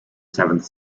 seventh